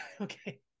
Okay